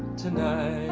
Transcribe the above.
tonight.